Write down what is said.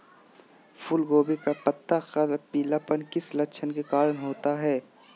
फूलगोभी का पत्ता का पीलापन किस लक्षण के कारण होता है?